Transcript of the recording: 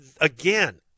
again